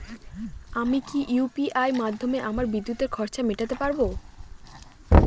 আমি কি ইউ.পি.আই মাধ্যমে আমার বিদ্যুতের খরচা মেটাতে পারব?